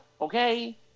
Okay